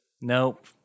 Nope